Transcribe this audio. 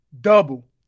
Double